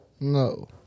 no